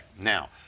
now